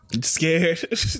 scared